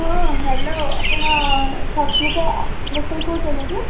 ହଁ ହ୍ୟାଲୋ ଆପଣ ସସ୍ମିତା ଡାକ୍ତର କହୁଛନ୍ତି କି